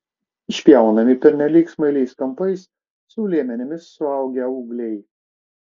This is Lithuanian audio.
išpjaunami pernelyg smailiais kampais su liemenimis suaugę ūgliai